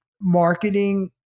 marketing